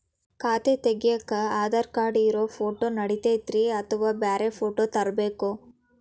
ಖಾತೆ ತಗ್ಯಾಕ್ ಆಧಾರ್ ಕಾರ್ಡ್ ಇರೋ ಫೋಟೋ ನಡಿತೈತ್ರಿ ಅಥವಾ ಬ್ಯಾರೆ ಫೋಟೋ ತರಬೇಕೋ?